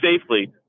safely